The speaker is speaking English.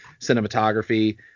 cinematography